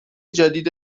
جدید